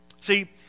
See